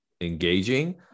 engaging